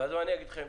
ואז מה אני אגיד לכם?